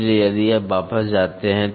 इसलिए यदि आप वापस जाते हैं